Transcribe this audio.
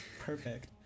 Perfect